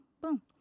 boom